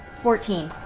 fourteen.